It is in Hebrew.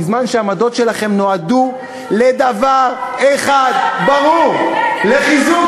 בזמן שהעמדות שלכם נועדו לדבר אחד ברור: לחיזוק